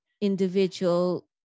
individual